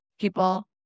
people